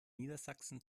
niedersachsen